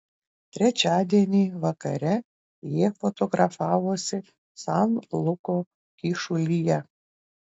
trečiadienį vakare jie fotografavosi san luko kyšulyje